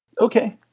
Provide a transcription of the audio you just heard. Okay